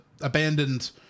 abandoned